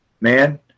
man